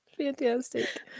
fantastic